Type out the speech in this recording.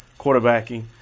quarterbacking